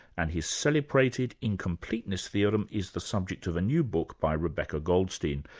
and his celebrated incompleteness theorem is the subject of a new book by rebecca goldstein.